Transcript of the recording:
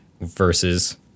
versus